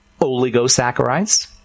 oligosaccharides